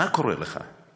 מה קורה לך?